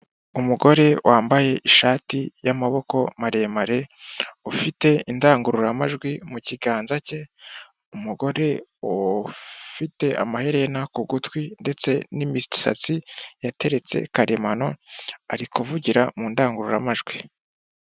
Umugore wambaye ishati y'amaboko maremare, ufite indangururamajwi mu kiganza cye, umugore ufite amaherena ku gutwi, ndetse n'imisatsi yateretse karemano, ari kuvugira mu ndangururamajwi.